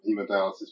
hemodialysis